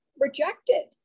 rejected